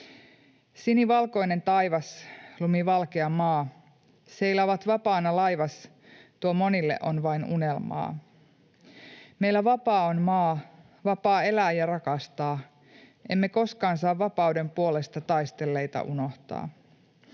Sinivalkoinen taivas lumivalkea maa seilaavat vapaana laivas. Tuo monille on vain unelmaa. Meillä vapaa on maa vapaa elää ja rakastaa. Emme koskaan saa vapauden puolesta taistelleita unohtaa.